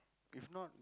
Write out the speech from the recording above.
if not